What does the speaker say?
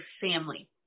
family